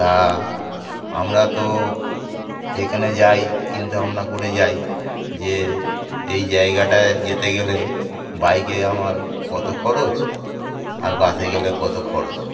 তা আমরা তো যেখানে যাই চিন্তা ভাবনা করে যাই যে এই জায়গাটায় যেতে গেলে বাইকে আমার কত খরচ আর বাসে গেলে কত খরচ